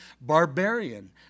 barbarian